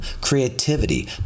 creativity